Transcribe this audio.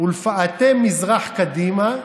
ולפאתי מזרח, קדימה,